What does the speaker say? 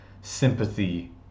sympathy